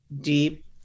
deep